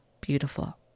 beautiful